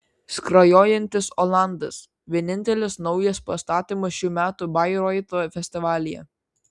skrajojantis olandas vienintelis naujas pastatymas šių metų bairoito festivalyje